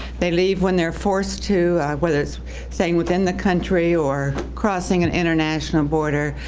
they leave when they're forced to, whether it's staying within the country or crossing an international border,